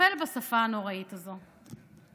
לטפל בשפה הנוראית הזו.